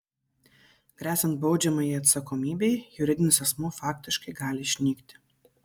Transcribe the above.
gresiant baudžiamajai atsakomybei juridinis asmuo faktiškai gali išnykti